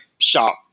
shop